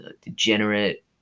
degenerate